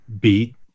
beat